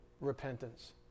repentance